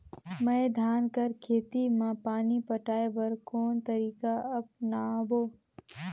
मैं धान कर खेती म पानी पटाय बर कोन तरीका अपनावो?